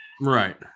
right